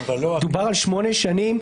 דובר על שמונה שנים,